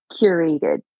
curated